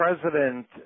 president